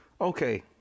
Okay